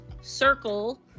circle